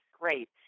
great